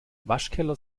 waschkeller